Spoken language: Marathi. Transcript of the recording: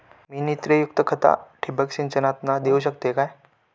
मी नत्रयुक्त खता ठिबक सिंचनातना देऊ शकतय काय?